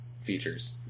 features